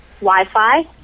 Wi-Fi